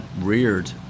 reared